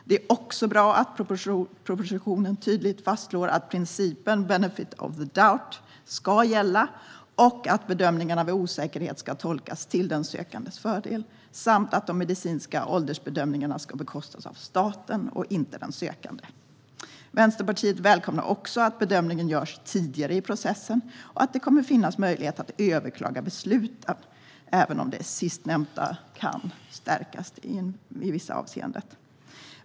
Det är också bra att propositionen tydligt fastslår att principen benefit of the doubt ska gälla och att bedömningarna vid osäkerhet ska tolkas till den sökandes fördel samt att de medicinska åldersbedömningarna ska bekostas av staten och inte den sökande. Vänsterpartiet välkomnar också att bedömningen görs tidigare i processen och att det kommer att finnas möjlighet att överklaga besluten, även om det sistnämnda kan stärkas i vissa avseenden.